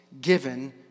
given